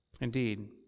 Indeed